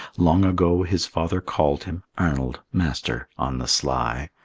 long ago his father called him arnold, master, on the sly,